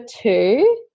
two